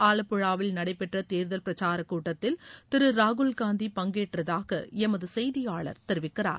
ஆலப்புழாவில் நடைபெற்ற தேர்தல் பிரச்சார கூட்டத்தில் திரு ராகுல் காந்தி பங்கேற்றதாக எமது செய்தியாளர் தெரிவிக்கிறார்